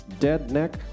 Deadneck